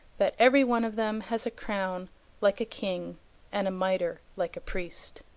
that every one of them has a crown like a king and a mitre like a priest.